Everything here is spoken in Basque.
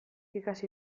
ikasi